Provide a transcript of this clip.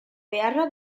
beharra